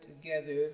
together